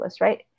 right